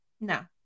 no